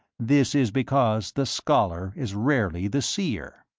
this is because the scholar is rarely the seer.